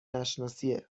نشناسیه